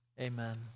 amen